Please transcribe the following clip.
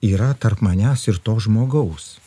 yra tarp manęs ir to žmogaus